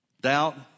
doubt